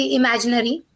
imaginary